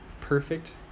perfect